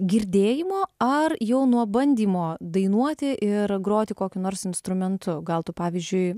girdėjimo ar jau nuo bandymo dainuoti ir groti kokiu nors instrumentu gal tu pavyzdžiui